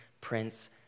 Prince